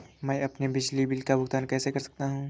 मैं अपने बिजली बिल का भुगतान कैसे कर सकता हूँ?